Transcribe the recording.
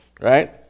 right